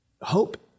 Hope